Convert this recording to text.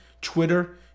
Twitter